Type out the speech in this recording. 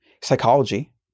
psychology